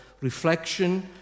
reflection